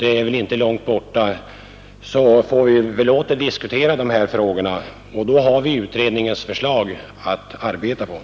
Det dröjer ju inte så länge innan vi åter får diskutera dessa frågor, och då kan vi göra det med utredningens förslag som underlag.